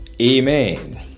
Amen